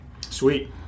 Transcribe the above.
Sweet